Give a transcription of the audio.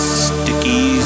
sticky